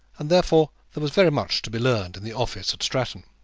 and therefore there was very much to be learned in the office at stratton.